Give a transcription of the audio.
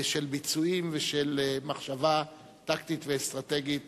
של ביצועים ושל מחשבה טקטית ואסטרטגית.